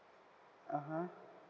(uh huh)